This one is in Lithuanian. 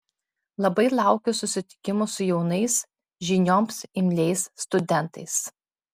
labai laukiu susitikimo su jaunais žinioms imliais studentais